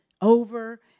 over